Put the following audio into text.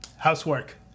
Housework